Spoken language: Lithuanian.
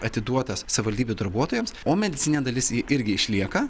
atiduotas savivaldybių darbuotojams o medicininė dalis ji irgi išlieka